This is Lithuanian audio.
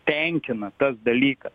tenkina tas dalykas